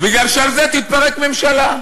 בגלל שעל זה תתפרק ממשלה.